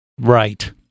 Right